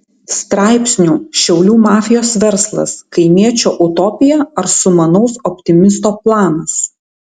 straipsnių šiaulių mafijos verslas kaimiečio utopija ar sumanaus optimisto planas